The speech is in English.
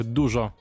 dużo